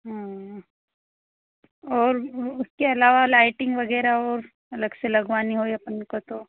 हाँ और उसके अलावा लाइटिंग वगैराह और अलग से लगवानी हो अपन को तो